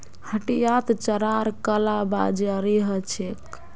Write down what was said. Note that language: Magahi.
हटियात चारार कालाबाजारी ह छेक